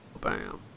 Bam